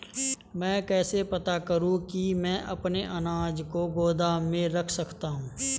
मैं कैसे पता करूँ कि मैं अपने अनाज को गोदाम में रख सकता हूँ?